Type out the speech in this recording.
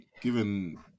given